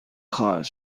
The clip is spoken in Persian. خواهد